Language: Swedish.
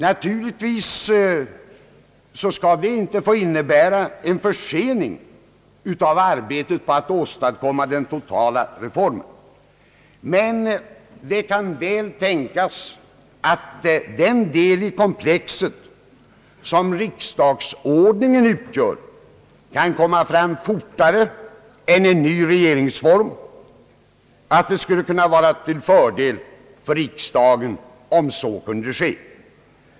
Naturligtvis skall det inte få innebära en försening av arbetet på att åstadkomma den totala reformen. Men det kan väl tänkas att den del av komplexet som riksdagsordningen utgör kan komma fram fortare än en ny regeringsform och att det skulle kunna vara till fördel för riksdagen om så kunde ske.